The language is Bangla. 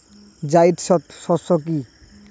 জায়িদ শস্য কি?